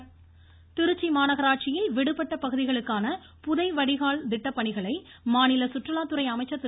புதை வடிகால் திட்டம் திருச்சி மாநகராட்சியில் விடுபட்ட பகுதிகளுக்கான புதை வடிகால் திட்டப்பணிகளை மாநில சுற்றுலாத்துறை அமைச்சர் திரு